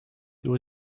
there